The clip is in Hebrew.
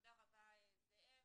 תודה רבה זאב.